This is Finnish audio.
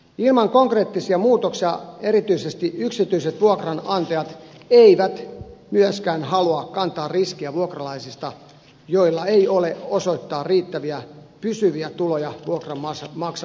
ilman konkreettisia muutoksia erityisesti yksityiset vuokranantajat eivät myöskään halua kantaa riskejä vuokralaisista joilla ei ole osoittaa riittäviä pysyviä tuloja vuokran maksamiseksi